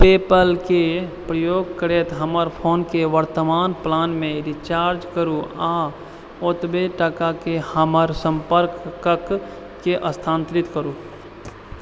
पेपैलके प्रयोग करैत हमर फोनके वर्तमान प्लानमे रिचार्ज करू आ ओतबे टाकाके हमर सम्पर्कके स्थानान्तरित करू